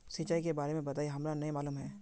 सिंचाई के बारे में बताई हमरा नय मालूम है?